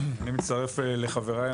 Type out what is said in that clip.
אני מצטרף לחבריי.